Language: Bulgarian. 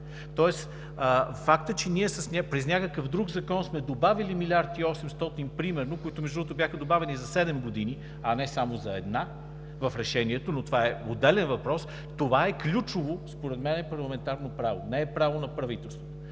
Факт е, че ние през някакъв друг закон сме добавили милиард и 800 млн. лв. примерно, които, между другото, бяха добавени за седем години, а не само за една в решението, но това е отделен въпрос, това според мен е ключово парламентарно право, не е право на правителството.